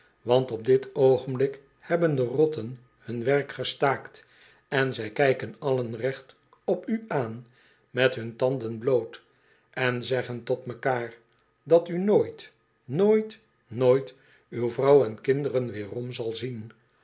want op dit oogenblik hebben de rotten hun werk gestaakt en zij kijken allen recht op u aan met hun tanden bloot en zeggen tot mekaar dat u nooit nooit nooit uw vrouw en kinderen weerom zal zien